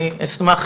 אשמח